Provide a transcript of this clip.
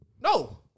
No